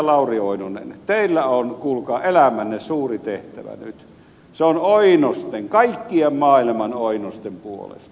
lauri oinonen teillä on kuulkaa elämänne suuri tehtävä nyt se on oinosten kaikkien maailman oinosten puolesta